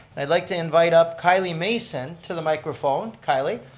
i'd like to invite up kylie mason to the microphone, kylie.